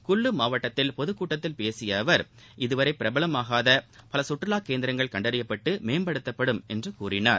குல்லூ மாவட்டத்தில் பொதுக்கூட்டத்தில் பேசிய அவர் இதுவரை பிரபலமாகாத பல சுற்றுலா கேந்திரங்கள் கண்டறியப்பட்டு மேம்படுத்தப்படும் என்று கூறினார்